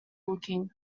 looking